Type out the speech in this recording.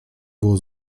było